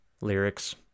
lyrics